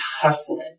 hustling